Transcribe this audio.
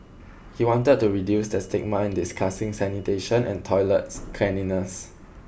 he wanted to reduce the stigma in discussing sanitation and toilets cleanliness